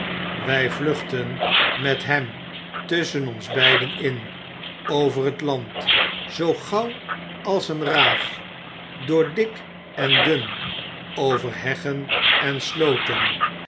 wij vluchtten met hem tusschen ons beiden in over het land zoo gauw als een raaf door dik en dun over heggen en slooten